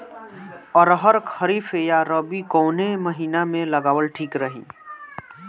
अरहर खरीफ या रबी कवने महीना में लगावल ठीक रही?